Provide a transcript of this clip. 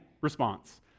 response